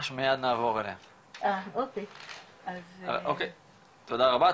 תודה רבה.